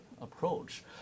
Approach